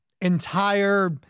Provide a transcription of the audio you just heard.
entire